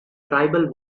tribal